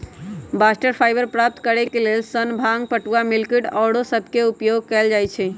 bast fibre प्राप्त करेके लेल सन, भांग, पटूआ, मिल्कवीड आउरो सभके उपयोग कएल जाइ छइ